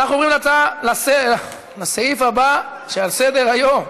אנחנו עוברים לסעיף הבא שעל סדר-היום,